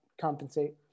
compensate